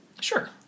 Sure